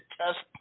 test